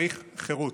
צריך חירות,